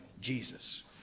Jesus